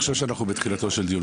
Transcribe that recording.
אני חושב שאנחנו בתחילתו של דיון,